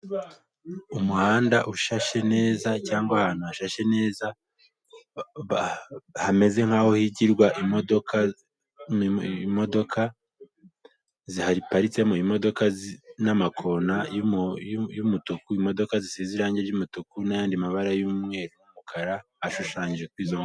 Umuhanda ushashe neza cyangwa ahantu hashashe neza, hameze nk'aho higirwa imodoka, zihaparitsemo imodoka n'amakona y'umutuku, imodoka zisize irangi ry'umutuku n'ayandi mabara y'umweru, umukara ashushanyije kuri izo modoka.